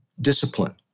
discipline